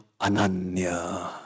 ananya